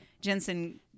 Jensen